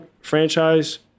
franchise